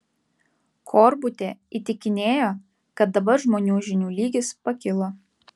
korbutė įtikinėjo kad dabar žmonių žinių lygis pakilo